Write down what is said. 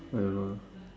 I don't know